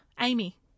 Amy